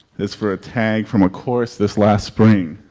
is for a tag from a course this last spring.